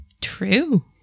True